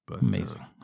Amazing